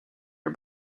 her